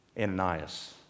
Ananias